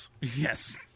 Yes